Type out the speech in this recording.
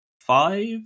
five